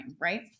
right